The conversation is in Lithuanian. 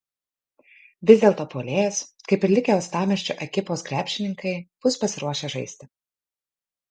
vis dėlto puolėjas kaip ir likę uostamiesčio ekipos krepšininkai bus pasiruošę žaisti